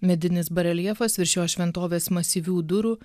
medinis bareljefas virš šios šventovės masyvių durų